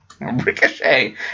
Ricochet